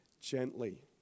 gently